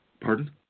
Pardon